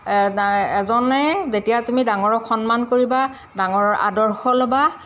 এজনে যেতিয়া তুমি ডাঙৰক সন্মান কৰিবা ডাঙৰৰ আদৰ্শ ল'বা